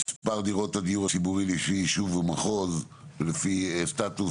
מספר דירות הדיור הציבורי לפי יישוב ומחוז ולפי סטטוס.